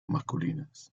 masculinas